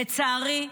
לצערי,